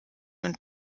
und